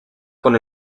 con